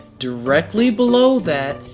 directly below that,